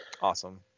Awesome